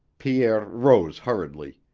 pierre rose hurriedly.